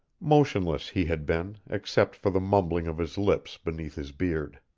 motionless he had been, except for the mumbling of his lips beneath his beard.